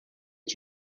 est